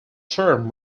term